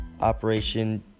Operation